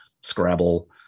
Scrabble